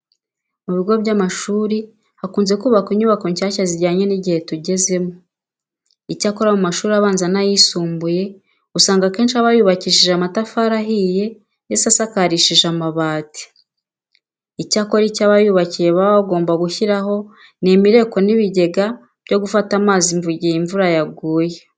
Mu bigo by'amashuri hakunze kubakwa inyubako nshyashya zijyanye n'igihe tugezemo. Icyakora amashuri abanza n'ayisumbuye usanga akenshi aba yubakishije amatafari ahiye ndetse asakarishije amabati. Icyakora icyo abayubatse baba bagomba gushyiraho ni imireko n'ibigega byo gufata amazi y'imvura mu gihe yaguye.